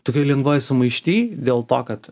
tokioj lengvoj sumaišty dėl to kad